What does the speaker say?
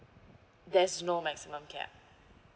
there's no maximum cap